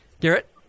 Garrett